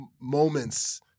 moments